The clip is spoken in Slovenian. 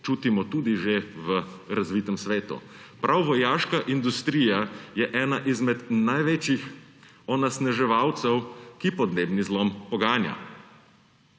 čutimo tudi že v razvitem svetu. Prav vojaška industrija je ena izmed največjih onesnaževalcev, ki podnebni zlom poganja.